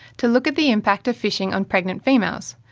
to look at the impact of fishing on pregnant females,